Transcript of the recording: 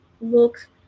Look